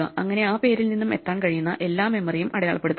അങ്ങിനെ ആ പേരിൽ നിന്നും എത്താൻ കഴിയുന്ന എല്ലാ മെമ്മറിയും അടയാളപ്പെടുത്തുക